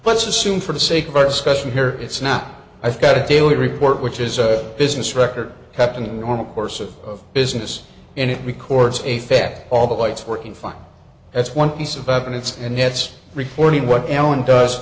let's assume for the sake of our discussion here it's not i've got a daily report which is a business record kept in the normal course of business and it records a fact all the way it's working fine that's one piece of evidence and that's